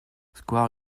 square